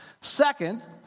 Second